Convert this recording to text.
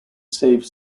save